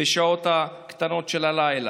בשעות הקטנות של הלילה.